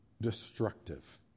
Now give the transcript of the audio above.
destructive